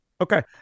Okay